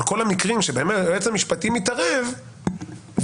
כל המקרים שבהם היועץ המשפטי מתערב ומאשר,